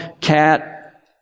cat